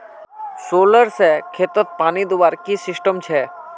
Solar से खेतोत पानी दुबार की सिस्टम छे?